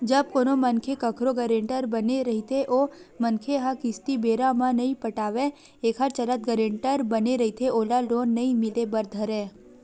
जब कोनो मनखे कखरो गारेंटर बने रहिथे ओ मनखे ह किस्ती बेरा म नइ पटावय एखर चलत गारेंटर बने रहिथे ओला लोन नइ मिले बर धरय